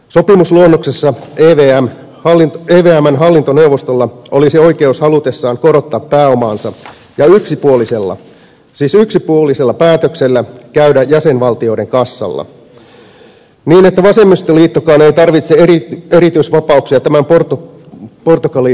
sopimusluonnoksessa evmn hallintoneuvostolla olisi oikeus halutessaan korottaa pääomaansa ja yksipuolisella siis yksipuolisella päätöksellä käydä jäsenvaltioiden kassalla niin että vasemmistoliittokaan ei tarvitse erityisvapauksia tämän portugali äänestyksen jälkeen